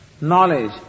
knowledge